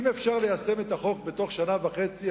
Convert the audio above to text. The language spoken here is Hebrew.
אם אפשר ליישם את החוק בתוך שנה וחצי,